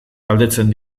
galdetzen